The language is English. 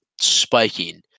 spiking